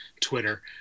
Twitter